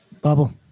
bubble